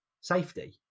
safety